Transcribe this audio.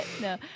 No